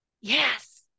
Yes